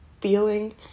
feeling